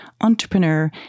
entrepreneur